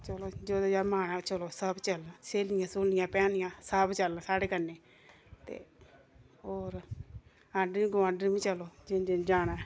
चलो जेहदे कन्नै मन ऐ सब चलो स्हेलियां स्हूलियां भैना सब चलन साढ़े कन्नै ते होर आंढन गुआंढन बी चलो जिन्नै जिन्नै जाना ऐ